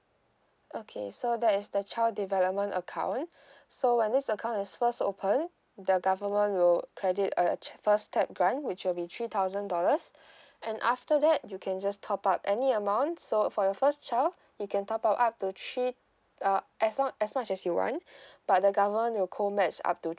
okay so that is the child development account so when this account is first opened the government will credit a che~ first step grant which will be three thousand dollars and after that you can just top up any amount so for the first child you can top up up to three uh as long as much as you want but the government will co match up to